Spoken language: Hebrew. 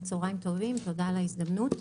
תודה על ההזדמנות.